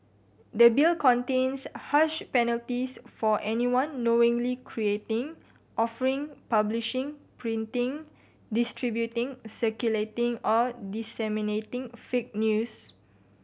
the Bill contains harsh penalties for anyone knowingly creating offering publishing printing distributing circulating or disseminating fake news